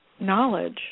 knowledge